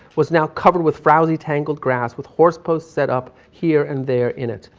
was now covered with frousy tangled grass, with horse post set up here and there in it.